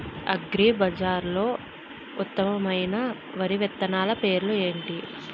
అగ్రిబజార్లో ఉత్తమమైన వరి విత్తనాలు పేర్లు ఏంటి?